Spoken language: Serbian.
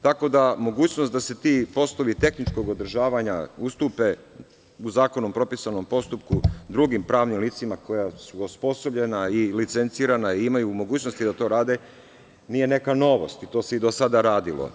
Tako da mogućnost da se ti poslovi tehničkog održavanja ustupe u zakonom propisanom postupku drugim pravnim licima koja su osposobljena i licencirana i imaju mogućnosti da to rade nije neka novost, to se i do sada radilo.